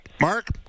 Mark